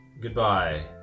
goodbye